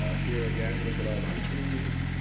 ah here again, look at all my food.